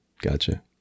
Gotcha